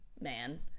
man